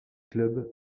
club